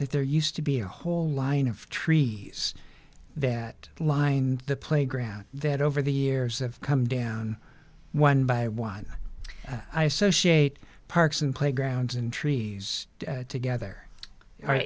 that there used to be a whole line of trees that lined the playground that over the years have come down one by one i associate parks and playgrounds and trees together